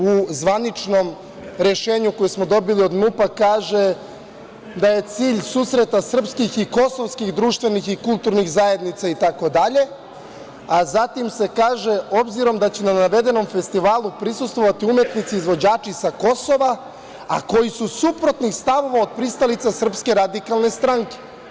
U zvaničnom rešenju koje smo dobili od MUP-a kaže se da je cilj susreta srpskih i kosovskih društvenih i kulturnih zajednica itd, a zatim se kaže – obzirom da će na navedenom festivalu prisustvovati umetnici i izvođači sa Kosova, a koji su suprotnih stavova od pristalica Srpske radikalne stranke.